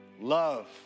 Love